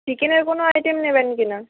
চিকেনের কোনো আইটেম নেবেন কি না